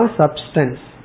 substance